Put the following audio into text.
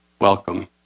Welcome